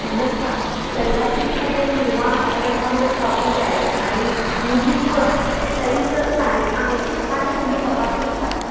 नमस्कार सलवार सूट सध्या हिरवा रंगामध्ये स्टॉकमध्ये आहे आणि मुनिकवर साईज चाळीस आहे का ते तुम्ही तपासू शकता का